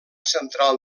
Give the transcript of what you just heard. central